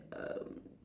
erm